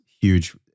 huge